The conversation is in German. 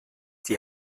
die